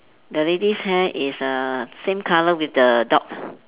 the lady's hair is err same colour with the dog